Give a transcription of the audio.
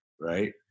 right